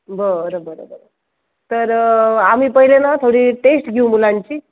बरं बरं बरं तर आम्ही पहिले ना थोडी टेस्ट घेऊ मुलांची